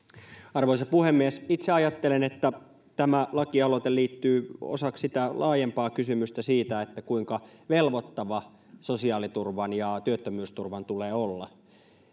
arvoisa puhemies itse ajattelen että tämä lakialoite liittyy osaksi sitä laajempaa kysymystä siitä kuinka velvoittavia sosiaaliturvan ja työttömyysturvan tulee olla